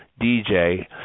DJ